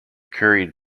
curried